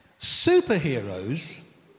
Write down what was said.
Superheroes